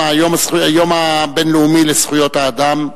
היום הבין-לאומי לזכויות האדם.